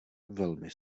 velmi